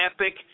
epic